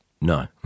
no